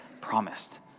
promised